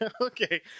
Okay